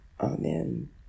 Amen